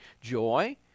joy